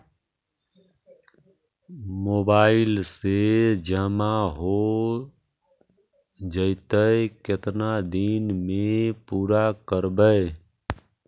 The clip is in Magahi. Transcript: मोबाईल से जामा हो जैतय, केतना दिन में पुरा करबैय?